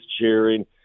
cheering